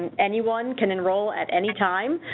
anyone can enroll at any time.